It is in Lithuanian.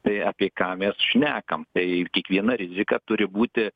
tai apie ką mes šnekam tai kiekviena rizika turi būti